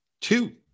Two